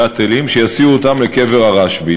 "שאטלים", שיסיעו אותם לקבר הרשב"י.